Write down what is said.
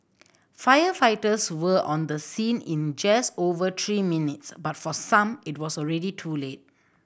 firefighters were on the scene in just over three minutes but for some it was already too late